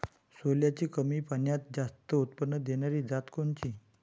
सोल्याची कमी पान्यात जास्त उत्पन्न देनारी जात कोनची?